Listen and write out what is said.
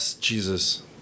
Jesus